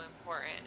important